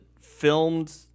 filmed